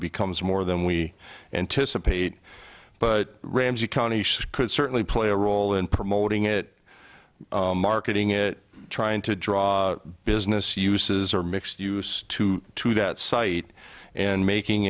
becomes more than we anticipate but ramsey county could certainly play a role in promoting it marketing it trying to draw business uses or mixed use to that site and making